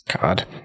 God